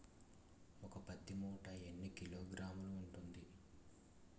ఒక పత్తి మూట ఎన్ని కిలోగ్రాములు ఉంటుంది?